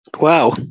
Wow